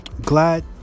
glad